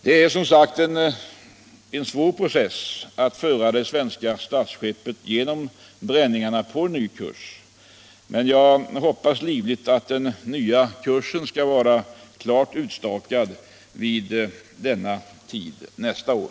Det är som sagt en svår process att föra det svenska statsskeppet genom bränningarna på ny kurs. Men jag hoppas livligt att den nya kursen skall vara klart utstakad vid denna tid nästa år.